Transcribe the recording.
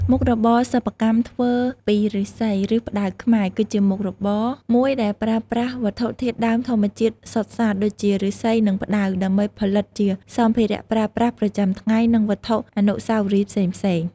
មុខរបរសិប្បកម្មធ្វើពីឫស្សី និងផ្តៅខ្មែរ គឺជាមុខរបរមួយដែលប្រើប្រាស់វត្ថុធាតុដើមធម្មជាតិសុទ្ធសាធ ដូចជា ឫស្សី និងផ្តៅ ដើម្បីផលិតជាសម្ភារៈប្រើប្រាស់ប្រចាំថ្ងៃ និងវត្ថុអនុស្សាវរីយ៍ផ្សេងៗ។